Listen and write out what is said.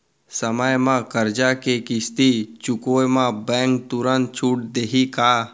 समय म करजा के किस्ती चुकोय म बैंक तुरंत छूट देहि का?